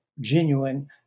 genuine